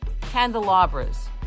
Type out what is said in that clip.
candelabras